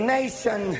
nation